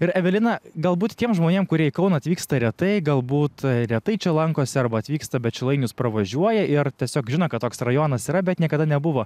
ir evelina galbūt tiem žmonėm kurie į kauną atvyksta retai galbūt retai čia lankosi arba atvyksta bet šilainius pravažiuoja ir tiesiog žino kad toks rajonas yra bet niekada nebuvo